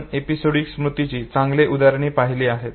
आपण एपिसोडिक स्मृतीची चांगली उदाहरणे पाहिली आहेत